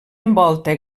envolta